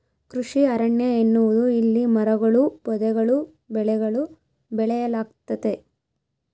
ಕೃಷಿ ಅರಣ್ಯ ಎನ್ನುವುದು ಇಲ್ಲಿ ಮರಗಳೂ ಪೊದೆಗಳೂ ಬೆಳೆಗಳೂ ಬೆಳೆಯಲಾಗ್ತತೆ